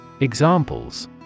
EXAMPLES